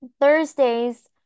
Thursdays